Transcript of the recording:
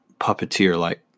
puppeteer-like